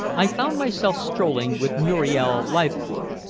i found myself strolling with muriel leithcourt,